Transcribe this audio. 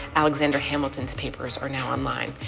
alexander hamilton's papers are now online.